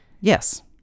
Yes